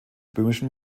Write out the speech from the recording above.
böhmischen